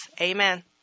Amen